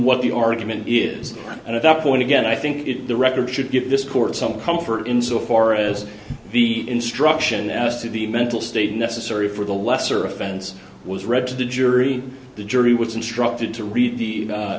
what the argument is and at that point again i think the record should give this court some comfort insofar as the instruction as to the mental state necessary for the lesser offense was read to the jury the jury was instructed to read the